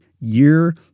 Year